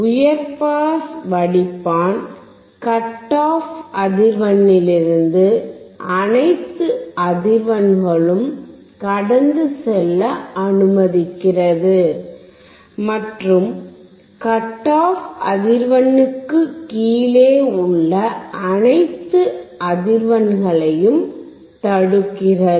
உயர் பாஸ் வடிப்பான் cut off அதிர்வெண்ணிலிருந்து அனைத்து அதிர்வெண்களும் கடந்து செல்ல அனுமதிக்கிறது மற்றும் கட்ஆஃப் அதிர்வெண்களுக்கு கீழே உள்ள அனைத்து அதிர்வெண்களையும் தடுக்கிறது